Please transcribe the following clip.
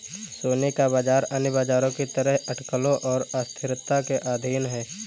सोने का बाजार अन्य बाजारों की तरह अटकलों और अस्थिरता के अधीन है